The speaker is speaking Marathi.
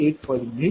u